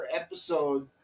episode